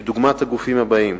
דוגמת הגופים הבאים: